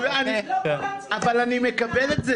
לא כולם צריכים --- אבל אני מקבל את זה.